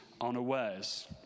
unawares